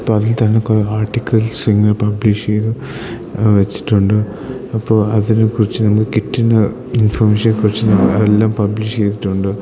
അപ്പം അതിൽ തന്നെ കുറെ ആർട്ടിക്കിൾസ് ഇങ്ങനെ പബ്ലിഷ് ചെയ്ത് വെച്ചിട്ടുണ്ട് അപ്പോൾ അതിനെക്കുറിച്ച് നമുക്ക് കിട്ടുന്ന ഇൻഫർമേഷനെക്കുറിച്ച് അത് എല്ലാം പബ്ലിഷ് ചെയ്തിട്ടുണ്ട്